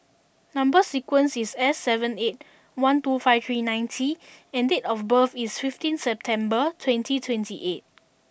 number sequence is S seven eight one two five three nine T and date of birth is fifteen September twenty twenty eight